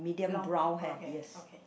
long okay okay